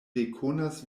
rekonas